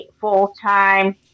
full-time